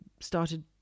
started